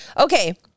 okay